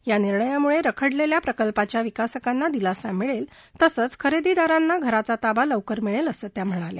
या निर्णयामुळे रखडलेल्या प्रकल्पाच्या विकासकांना दिलासा मिळेल तसंच खरेदीदारांना घराचा ताबा लवकर मिळेल असं त्या म्हणाल्या